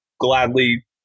gladly